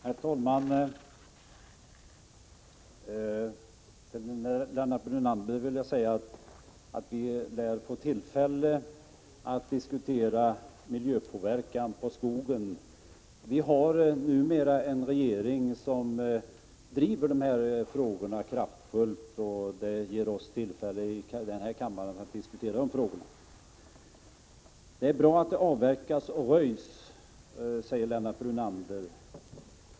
Herr talman! Till Lennart Brunander vill jag säga att vi lär få tillfälle att diskutera miljöpåverkan på skogen. Vi har numera en regering som driver dessa frågor kraftfullt. Vi får alltså tillfälle att i denna kammare diskutera dessa frågor. Det är bra att man avverkar och röjer, säger Lennart Brunander.